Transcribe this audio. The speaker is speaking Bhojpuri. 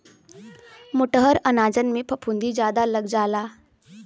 मोटहर अनाजन में फफूंदी जादा लग जाला